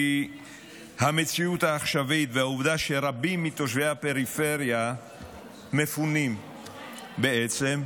כי המציאות העכשווית והעובדה שרבים מתושבי הפריפריה מפונים בעצם,